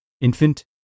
Infant